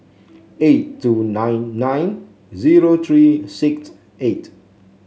eight two nine nine zero three six eight